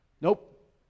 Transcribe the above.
Nope